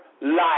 life